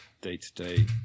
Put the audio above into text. day-to-day